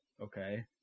okay